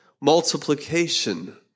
multiplication